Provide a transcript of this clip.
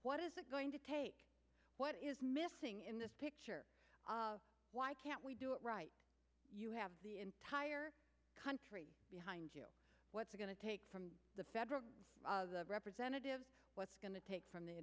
what is it going to take what is missing in this picture why can't we do it right you have the entire country behind what's going to take from the federal representative what's going to take from the